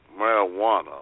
marijuana